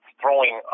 throwing